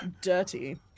Dirty